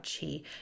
Chi